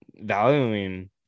valuing